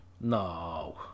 No